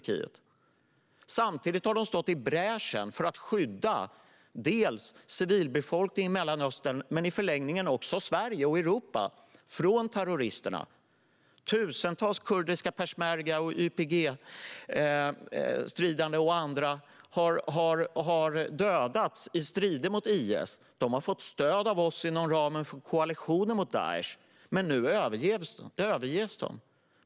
Samtidigt har de gått i bräschen för att skydda civilbefolkningen i Mellanöstern, och i förlängningen också Sverige och Europa, från terroristerna. Tusentals kurdiska peshmergasoldater, YPG-stridande och andra har dödats i strider mot IS. De har fått stöd av oss inom ramen för koalitionen mot Daish, men nu överges de.